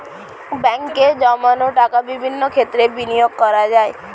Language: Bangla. ব্যাঙ্কে জমানো টাকা বিভিন্ন ক্ষেত্রে বিনিয়োগ করা যায়